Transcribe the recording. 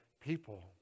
people